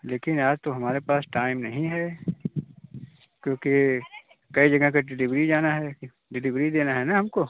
लेकिन आज तो हमारे पास टाइम नहीं है क्योंकि कई जगह पर डिलीवरी जाना है डिलीवरी देना है ना हमको